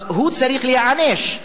אז הוא צריך להיענש.